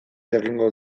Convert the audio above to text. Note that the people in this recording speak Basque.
jakingo